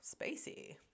spacey